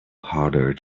harder